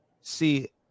see